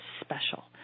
special